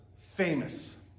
famous